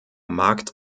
markt